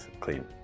clean